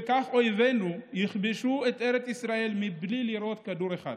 וכך אויבינו יכבשו את ארץ ישראל בלי לירות כדור אחד.